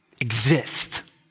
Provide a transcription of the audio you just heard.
exist